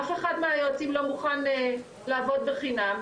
אף אחד מהיועצים לא מוכן לעבוד בחינם,